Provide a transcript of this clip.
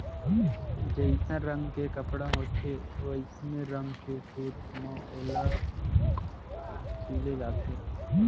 जइसन रंग के कपड़ा होथे वइसने रंग के सूत म ओला सिले जाथे